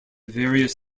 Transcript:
various